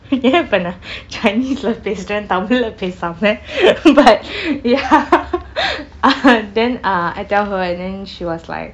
ஏன்:en aparna chinese லே பேசுறேன் தமிழை பேசாமல்:lei pesuren thamizhai pesamal but ya then uh I tell her and then she was like